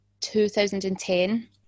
2010